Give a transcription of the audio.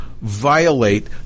violate